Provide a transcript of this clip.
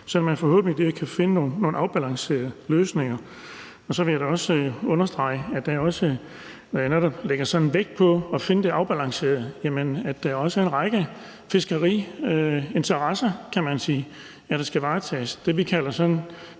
at man forhåbentlig kan finde nogle afbalancerede løsninger der. Så vil jeg da også understrege – i forhold til at det også er noget, der sådan lægges vægt på, altså at finde frem til det afbalancerede – at der også er en række fiskeriinteresser, kan man sige, der skal varetages. Det, vi sådan